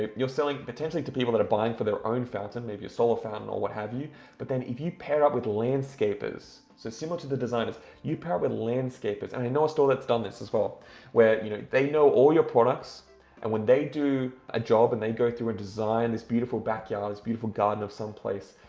you're selling potentially to people that are buying for their own fountain, maybe a solar fountain or what have you but then if you pair up with landscapers, so similar to the designers, you pair up with landscapers and i know a store that's done this as well where you know they know all your products and when they do a job and they go through and design this beautiful backyard, this beautiful garden of some place,